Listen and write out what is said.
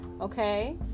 Okay